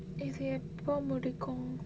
இது எப்ப முடிக்கும்:ithu eppa mudikkum